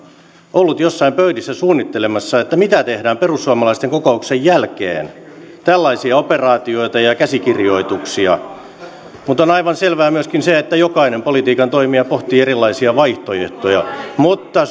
ollut joissain pöydissä suunnittelemassa mitä tehdään perussuomalaisten kokouksen jälkeen tällaisia operaatioita ja ja käsikirjoituksia on aivan selvää myöskin se että jokainen politiikan toimija pohtii erilaisia vaihtoehtoja mutta